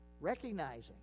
Recognizing